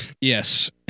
yes